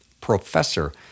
professor